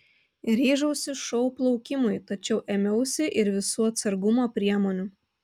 ryžausi šou plaukimui tačiau ėmiausi ir visų atsargumo priemonių